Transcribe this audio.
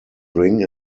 bring